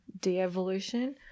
de-evolution